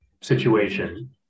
situation